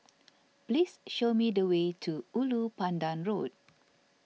please show me the way to Ulu Pandan Road